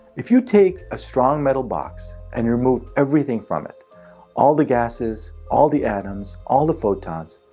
if you take a strong metal box, and remove everything from it all the gases, all the atoms, all the photons,